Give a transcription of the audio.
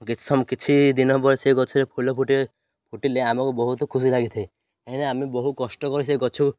କିଛି ସମ କିଛି ଦିନ ପରେ ସେଇ ଗଛରେ ଫୁଲ ଫୁଟେ ଫୁଟିଲେ ଆମକୁ ବହୁତ ଖୁସି ଲାଗିଥାଏ କାହିଁକିନା ଆମେ ବହୁତ କଷ୍ଟ କରି ସେଇ ଗଛକୁ